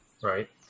right